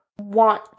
want